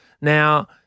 Now